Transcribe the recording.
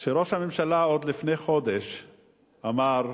כשראש הממשלה עוד לפני חודש אמר,